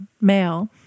male